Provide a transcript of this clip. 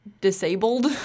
disabled